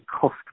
cost